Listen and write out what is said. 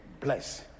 bless